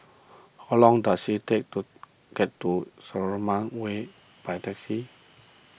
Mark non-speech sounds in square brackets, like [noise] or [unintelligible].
how long does it take to get to [unintelligible] Way by taxi